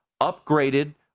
upgraded